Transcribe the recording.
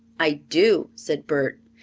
i do, said bert,